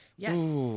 Yes